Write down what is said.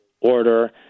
order